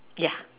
yeah